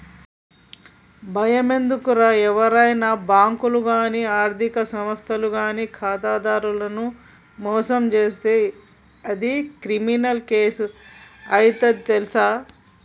బయమెందుకురా ఏవైనా బాంకులు గానీ ఆర్థిక సంస్థలు గానీ ఖాతాదారులను మోసం జేస్తే అది క్రిమినల్ కేసు అయితది తెల్సా